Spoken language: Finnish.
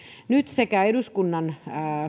nyt eduskunnan